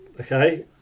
okay